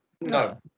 no